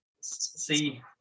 see